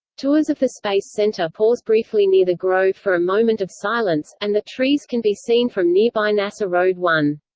tours of the space center pause briefly near the grove for a moment of silence, and the trees can be seen from nearby nasa road one.